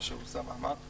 ומה שאוסאמה אמר.